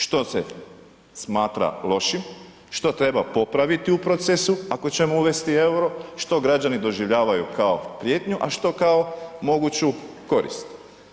Što se smatra lošim, što treba popraviti u procesu ako ćemo uvesti euro, što građani doživljavaju kao prijetnju a što kao moguću korist.